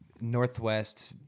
Northwest